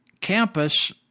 campus